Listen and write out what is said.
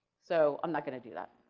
so i'm not going to do that.